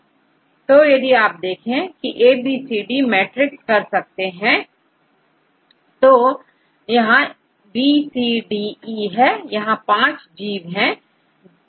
तो यदि आप यह देखें तो आप ABCD मैट्रिक्स एक सकते हैं यहां BCDE है यहां पांच जीव हैं